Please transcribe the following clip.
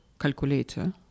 calculator